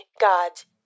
gods